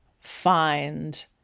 find